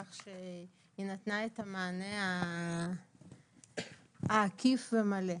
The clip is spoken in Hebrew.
כך שהיא נתנה את המענה העקיף והמלא.